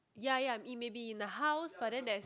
ya ya it may be in the house but then there's